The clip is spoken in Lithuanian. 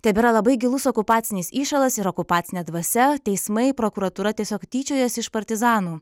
tebėra labai gilus okupacinis įšalas ir okupacinė dvasia teismai prokuratūra tiesiog tyčiojasi iš partizanų